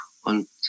Und